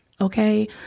Okay